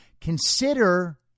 Consider